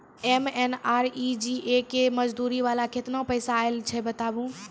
MNREGA के मज़दूरी वाला केतना पैसा आयल छै बताबू?